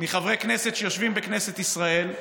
מחברי כנסת שיושבים בכנסת ישראל,